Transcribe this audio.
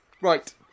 Right